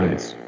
Nice